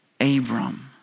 Abram